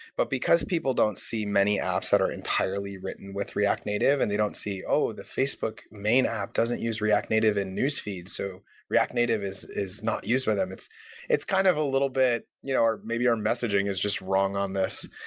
but because people don't see many apps that are entirely written with react native and they don't see, oh! the facebook main app doesn't use react native in newsfeed, so react native is is not used by them. it's it's kind of a little bit you know or maybe our messaging is just wrong on this,